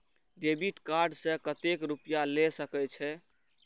Debit card से कतेक रूपया ले सके छै?